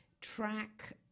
track